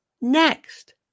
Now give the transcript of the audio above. next